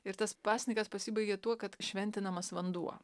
ir tas pasninkas pasibaigia tuo kad šventinamas vanduo